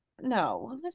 no